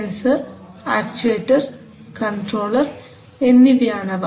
sensor actuator controller എന്നിവയാണവ